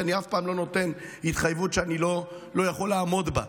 כי אני אף פעם לא נותן התחייבות שאני לא יכול לעמוד בה.